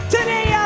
Today